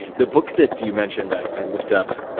the book that you mentioned i looked up,